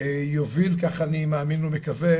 יוביל כך אני מאמין ומקווה,